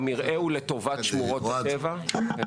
המרעה הוא לטובת שמורות הטבע.